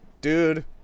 Dude